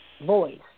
voice